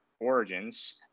origins